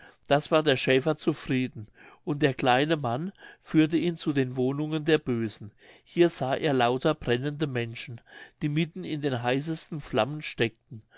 das war der schäfer zufrieden und der kleine mann führte ihn zu den wohnungen der bösen hier sah er lauter brennende menschen die mitten in den heißesten flammen steckten